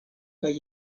kaj